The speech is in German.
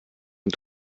und